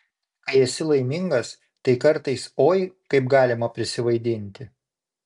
kai esi laimingas tai kartais oi kaip galima prisivaidinti